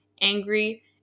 angry